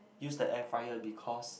use the air fryer because